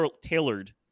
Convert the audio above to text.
tailored